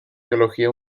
biología